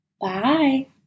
Bye